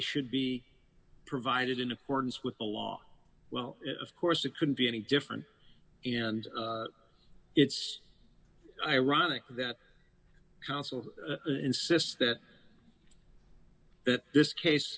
should be provided in accordance with the law well of course it couldn't be any different and it's ironic that council insists that this case